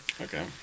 okay